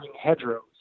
hedgerows